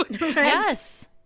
Yes